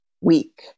Week